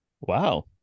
Wow